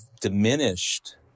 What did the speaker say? diminished